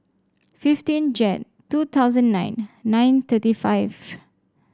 fifteen Jan two thousand nine nine thirty five